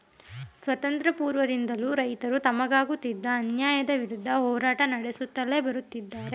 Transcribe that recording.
ಸ್ವಾತಂತ್ರ್ಯ ಪೂರ್ವದಿಂದಲೂ ರೈತರು ತಮಗಾಗುತ್ತಿದ್ದ ಅನ್ಯಾಯದ ವಿರುದ್ಧ ಹೋರಾಟ ನಡೆಸುತ್ಲೇ ಬಂದಿದ್ದಾರೆ